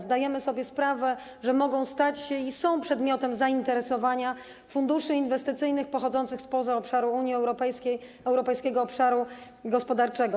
Zdajemy sobie sprawę, że mogą stać się i są przedmiotem zainteresowania funduszy inwestycyjnych pochodzących spoza obszaru Unii Europejskiej, Europejskiego Obszaru Gospodarczego.